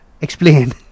Explain